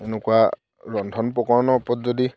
এনেকুৱা ৰন্ধন প্ৰকৰণৰ ওপৰত যদি